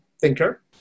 thinker